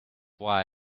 why